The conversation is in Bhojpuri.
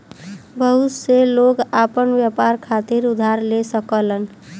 बहुत से लोग आपन व्यापार खातिर उधार ले सकलन